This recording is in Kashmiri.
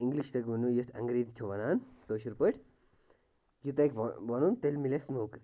اِنٛگلِش تگہِ ونُن یَتھ اَنگریٖزی چھِ وَنان کٲشِرۍ پٲٹھۍ یہِ تَۄہہِ وَنُن تیٚلہِ میلہِ اَسہِ نوکری